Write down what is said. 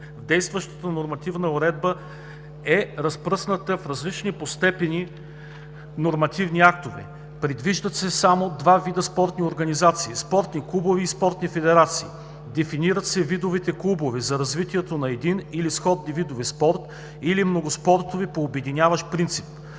действащата нормативна уредба е разпръсната в различни по степен нормативни актове. Предвиждат се само два вида спортни организации – спортни клубове и спортни федерации. Дефинират се видовете клубове – за развитието на един и сходни видове спорт или многоспортови по обединяващ принцип.